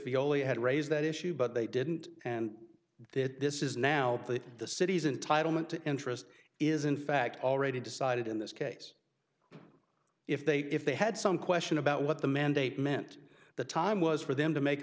only had raised that issue but they didn't and that this is now the city's entitlement to interest is in fact already decided in this case if they if they had some question about what the mandate meant the time was for them to make a